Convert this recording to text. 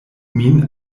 min